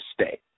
stay